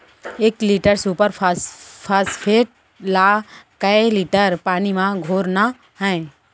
एक litre superphosphate ला कए लीटर पानी मा घोरना हे?